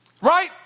Right